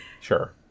sure